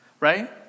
right